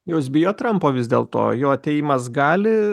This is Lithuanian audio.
jūs bijot trampo vis dėl to jo atėjimas gali